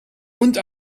und